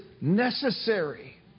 necessary